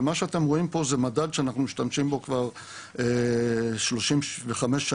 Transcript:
ומה שאתם רואים פה זה מדד שאנחנו משתמשים בו כבר 35 שנים,